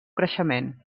creixement